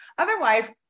Otherwise